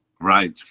Right